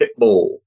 Pitbull